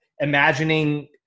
imagining